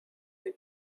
they